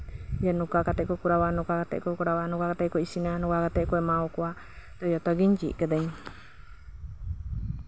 ᱡᱮ ᱱᱚᱝᱠᱟ ᱠᱟᱛᱮ ᱠᱚ ᱠᱚᱨᱟᱣᱟ ᱱᱚᱝᱠᱟ ᱠᱟᱛᱮ ᱠᱚ ᱠᱚᱨᱟᱣᱟ ᱱᱚᱝᱠᱟ ᱠᱟᱛᱮ ᱠᱚ ᱤᱥᱤᱱᱟ ᱱᱚᱝᱠᱟ ᱠᱟᱛᱮ ᱜᱮᱠᱚ ᱮᱢᱟᱣᱟᱠᱚᱣᱟ ᱡᱚᱛᱚ ᱜᱤᱧ ᱪᱮᱫ ᱠᱟᱹᱫᱟᱹᱧ ᱤᱧ